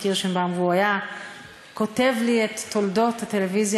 קירשנבאום והוא היה כותב לי את תולדות הטלוויזיה